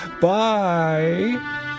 Bye